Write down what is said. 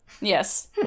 Yes